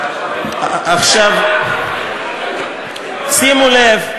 אין לך, עכשיו, שימו לב,